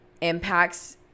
impacts